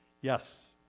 Yes